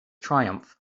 triumph